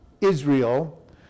Israel